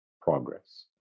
progress